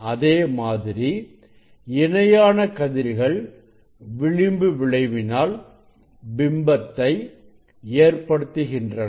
அதே மாதிரி இணையான கதிர்கள் விளிம்பு விளைவினால் பிம்பத்தை ஏற்படுத்துகின்றன